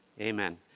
Amen